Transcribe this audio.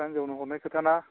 फिसा हिनजावनो हरनाय खोथा ना